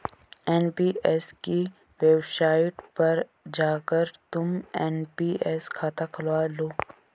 NPS की website पर जाकर तुम एन.पी.एस खाता खुलवा लो